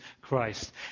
Christ